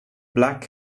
black